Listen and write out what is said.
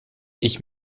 ich